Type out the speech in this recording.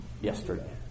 yesterday